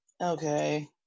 okay